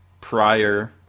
prior